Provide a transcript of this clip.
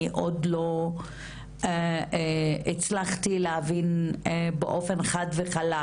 אני עוד לא הצלחתי להבין באופן חד וחלק,